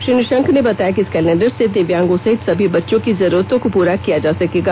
श्री निशंक ने बताया कि इस कैलेंडर से दिव्यागिों सहित सभी बच्चों की जरूरतों को पूरा किया जा सकेगा